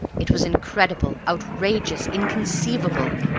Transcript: it was incredible, outrageous, inconceivable.